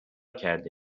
کرده